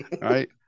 right